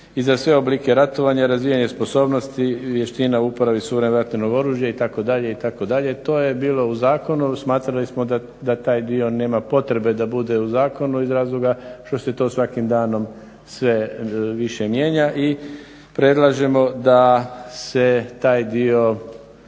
i za sve oblike ratovanja, razvijanja sposobnosti, vještina u uporabi … vatrenog oružja itd., itd. to je bilo u zakonu. Smatrali smo da taj dio nema potrebe da bude u zakonu iz razloga što se to svakim danom sve više mijenja i predlažemo da se taj dio